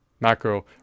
macro